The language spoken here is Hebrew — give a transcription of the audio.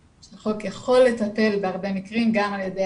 יכול לטפל בהרבה מקרים גם על ידי